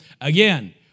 again